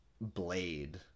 Blade